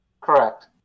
Correct